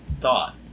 thought